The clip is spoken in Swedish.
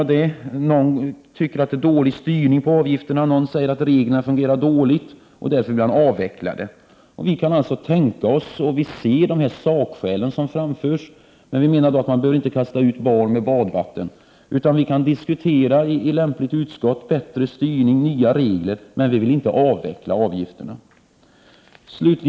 Någon tycker att det är dålig styrning på avgifterna, och någon säger att reglerna fungerar dåligt och vill avveckla dem. Vi kan se de sakskäl som framförs, men vi menar att man inte skall kasta ut barnet med badvattnet. Vi kan i lämpligt utskott diskutera en bättre styrning och nya regler, men vi vill inte avveckla avgifterna.